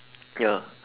ya